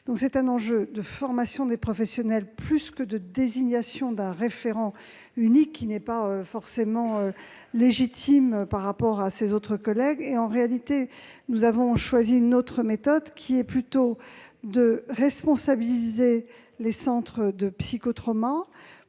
C'est un enjeu de formation des professionnels plus que de désignation d'un référent unique, lequel n'est pas forcément légitime par rapport à ses collègues. En réalité, nous avons choisi une autre méthode, consistant à responsabiliser les centres de psychotrauma